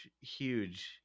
huge